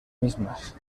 mismas